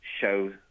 show